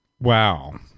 Wow